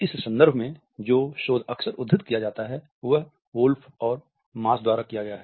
इस संदर्भ में जो शोध अक्सर उद्धृत किया जाता है वह वुल्फ द्वारा किया गया है